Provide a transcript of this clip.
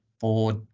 board